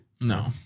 No